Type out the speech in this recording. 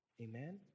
Amen